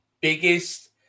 biggest